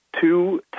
two